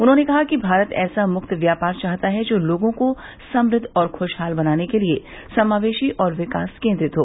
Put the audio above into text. उन्होंने कहा कि भारत ऐसा मुक्त व्यापार चाहता है जो लोगों को समृद्व तथा खुशहाल बनाने के लिए समावेशी और विकास केंद्रित हो